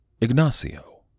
Ignacio